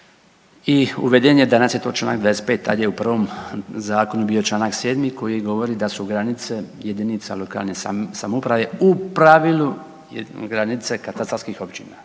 i uveden je, danas je to čl. 25., tad je u prvom zakonu bio čl. 7. koji govori da su granice JLS u pravilu granice katastarskih općina.